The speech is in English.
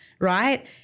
right